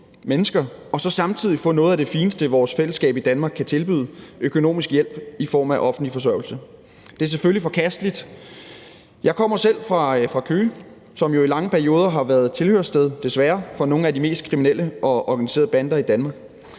mennesker, samtidig med at man får noget af det fineste, som vores fællesskab i Danmark kan tilbyde, nemlig økonomisk hjælp i form af offentlig forsørgelse. Det er selvfølgelig forkasteligt. Jeg kommer selv fra Køge, som jo desværre i lange perioder har været tilholdssted for nogle af de mest kriminelle organiserede bander i Danmark.